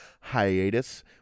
hiatus